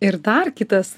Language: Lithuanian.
ir dar kitas